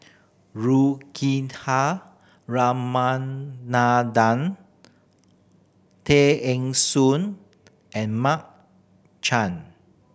Juthika Ramanathan Tay Eng Soon and Mark Chan